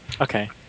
okay